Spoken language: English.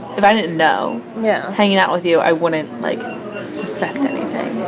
if i didn't know yeah hanging out with you, i wouldn't like suspect anything.